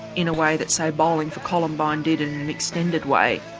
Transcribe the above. in a way that, say bowling for columbine did in an extended way,